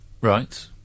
Right